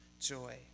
joy